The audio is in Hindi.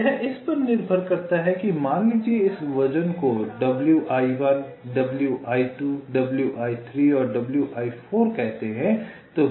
अब यह इस पर निर्भर करता है कि मान लीजिये इस वज़न को wi1 wi 2 wi3 और wi4 कहते हैं